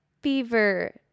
fever